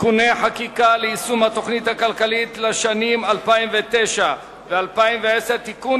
(תיקוני חקיקה ליישום התוכנית הכלכלית לשנים 2009 ו-2010) (תיקון,